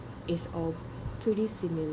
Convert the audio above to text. is uh pretty similar